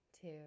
two